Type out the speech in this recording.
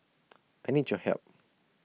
I need your help